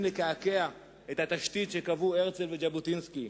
לקעקע את התשתית שקבעו הרצל וז'בוטינסקי,